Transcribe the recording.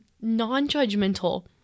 Non-judgmental